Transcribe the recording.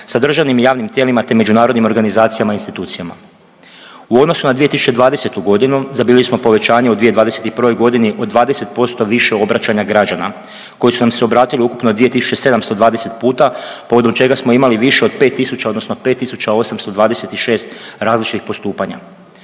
sa državnim i javnim tijelima te međunarodnim organizacijama i institucijama. U odnosu na 2020. .../Govornik se ne razumije./... smo povećanje u 2021. g. od 20% više obraćanja građana koji su nam se obratili ukupno 2720 puta, povodom čega smo imali više od 5000, odnosno 5826 različitih postupanja.